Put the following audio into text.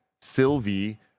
Sylvie